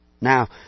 Now